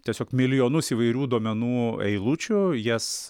tiesiog milijonus įvairių duomenų eilučių jas